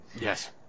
Yes